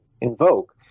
invoke